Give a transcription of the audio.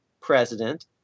president